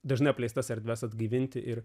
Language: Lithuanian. dažnai apleistas erdves atgaivinti ir